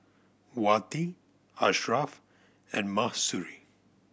Wati Ashraf and Mahsuri